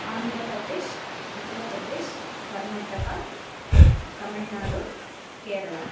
Andhra Pradesh Uttar Pradesh Karnataka Tamil Nadu Kerala